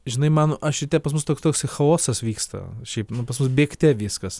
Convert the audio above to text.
žinai mano aš ryte pas mus toks toksai chaosas vyksta šiaip nu pas mus bėgte viskas